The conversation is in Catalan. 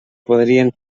podrien